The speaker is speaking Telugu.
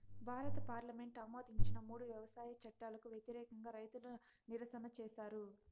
భారత పార్లమెంటు ఆమోదించిన మూడు వ్యవసాయ చట్టాలకు వ్యతిరేకంగా రైతులు నిరసన చేసారు